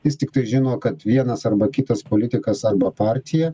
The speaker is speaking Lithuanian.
jis tiktai žino kad vienas arba kitas politikas arba partija